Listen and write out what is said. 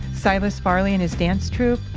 silas farley and his dance troupe,